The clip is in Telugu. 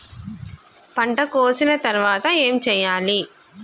పంట కోసిన తర్వాత ఏం చెయ్యాలి?